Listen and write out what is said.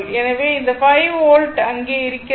எனவே இந்த 5 வோல்ட் அங்கே இருக்கிறது